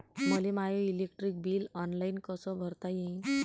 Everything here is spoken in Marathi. मले माय इलेक्ट्रिक बिल ऑनलाईन कस भरता येईन?